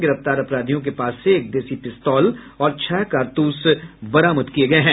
गिरफ्तार अपराधियों के पास से एक देशी पिस्तौल और छह कारतूस बरामद किया गया है